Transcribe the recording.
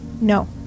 no